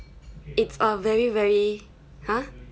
it's a very very !huh!